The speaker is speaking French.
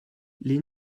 les